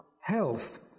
health